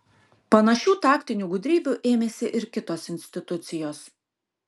panašių taktinių gudrybių ėmėsi ir kitos institucijos